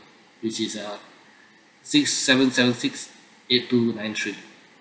which is uh six seven seven six eight two nine three